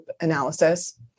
analysis